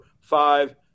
five